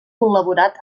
col·laborat